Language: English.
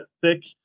thick